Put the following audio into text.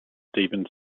steven